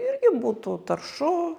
irgi būtų taršu